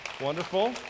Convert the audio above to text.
Wonderful